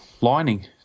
lining